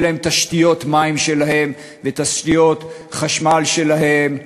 תשתיות מים משלהם ותשתיות חשמל משלהם,